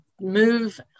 move